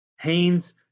Haynes